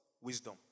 Wisdom